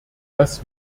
dass